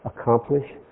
accomplish